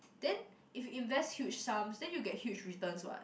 then if you invest huge sum then you get huge returns what